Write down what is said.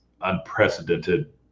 unprecedented